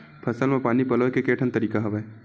फसल म पानी पलोय के केठन तरीका हवय?